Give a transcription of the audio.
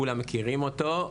כולם מכירים אותו,